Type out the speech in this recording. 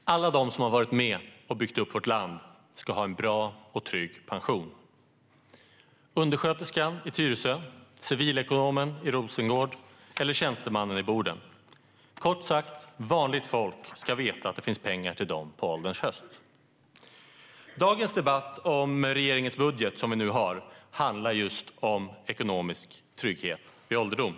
Fru talman! Alla de som har varit med och byggt upp vårt land ska ha en trygg och bra pension. Undersköterskan i Tyresö, civilekonomen i Rosengård eller tjänstemannen i Boden - kort sagt, vanligt folk ska veta att det finns pengar till dem på ålderns höst. Dagens debatt om regeringens budget, som vi nu har, handlar just om ekonomisk trygghet vid ålderdom.